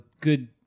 good